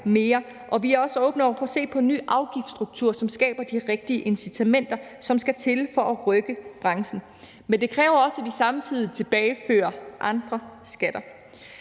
mere. Vi er også åbne over for at se på en ny afgiftsstruktur, som skaber de rigtige incitamenter, som skal til for at rykke branchen. Men det kræver også, at vi samtidig tilbagefører andre skatter.